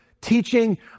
teaching